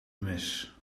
mis